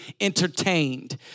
entertained